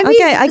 Okay